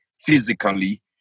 physically